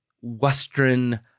western